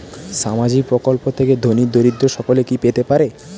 সামাজিক প্রকল্প থেকে ধনী দরিদ্র সকলে কি পেতে পারে?